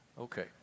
Okay